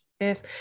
Yes